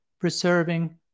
preserving